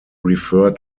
refer